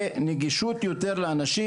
ויותר נגישות לאנשים,